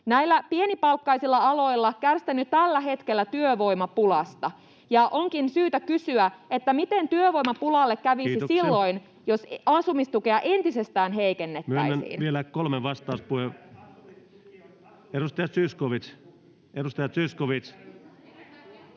Näillä pienipalkkaisilla aloilla kärsitään jo tällä hetkellä työvoimapulasta, ja onkin syytä kysyä, miten työvoimapulalle kävisi silloin, [Puhemies: Kiitoksia!] jos asumistukea entisestään heikennettäisiin. Myönnän vielä kolme... [Ben Zyskowicz: